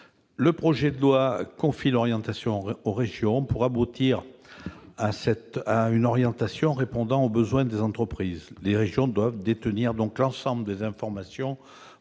Le projet de loi confie l'orientation aux régions. Or, pour aboutir à une orientation répondant aux besoins des entreprises, les régions doivent détenir l'ensemble des informations